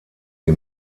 die